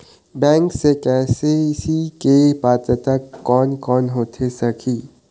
Bank से KCC के पात्रता कोन कौन होथे सकही?